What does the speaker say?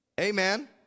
Amen